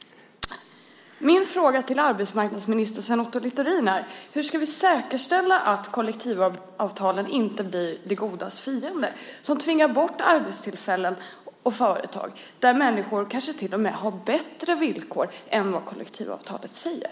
Min fråga till arbetsmarknadsminister Sven Otto Littorin är: Hur ska vi säkerställa att kollektivavtalen inte blir det godas fiende som tvingar bort arbetstillfällen och företag där människor kanske till och med har bättre villkor än vad kollektivavtalet säger?